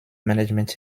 management